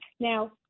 Now